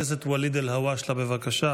חבר הכנסת ואליד אלהואשלה, בבקשה.